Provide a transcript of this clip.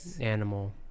animal